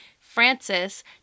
Francis